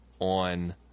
on